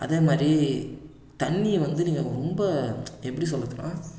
அதேமாதிரி தண்ணி வந்து நீங்கள் ரொம்ப எப்படி சொல்கிறதுன்னா